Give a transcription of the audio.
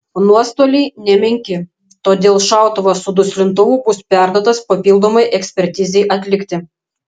nuostoliai nemenki todėl šautuvas su duslintuvu bus perduotas papildomai ekspertizei atlikti